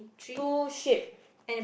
two ship